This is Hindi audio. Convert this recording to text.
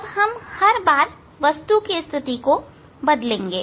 अब हम हर बार वस्तु की स्थिति को बदलेंगे